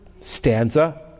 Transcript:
stanza